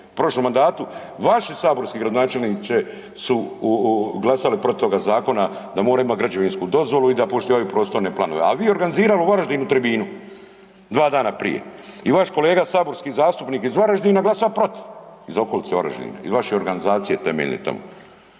u prošlom mandatu, vaši saborski zastupniče su glasali protiv toga zakona da mora imati građevinsku dozvolu i da poštivaju prostorne planove, a vi organizirali u Varaždinu tribinu dva dana prije. I vaš kolega saborski zastupnik iz Varaždina glasa protiv iz okolice Varaždina iz vaše organizacije temeljne tamo.